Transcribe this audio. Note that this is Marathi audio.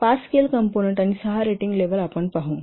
पाच स्केल कंपोनंन्ट आणि सहा रेटिंग लेवल आपण पाहू